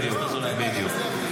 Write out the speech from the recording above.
בדיוק.